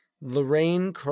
Lorraine